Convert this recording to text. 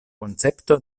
koncepto